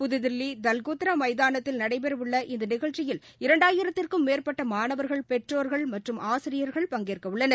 புதுதில்லி தல்கத்தோரா மைதானத்தில் நடைபெறவுள்ள இந்த நிகழ்ச்சியில் இரண்டாயிரத்திற்கும் மேற்பட்ட மாணவர்கள் பெற்றோர்கள் மற்றும் ஆசிரியர்கள் பங்கேற்கவுள்ளனர்